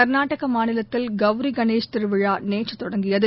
கர்நாடகமாநிலத்தில் Gauri Ganesh திருவிழாநேற்றுதொடங்கியது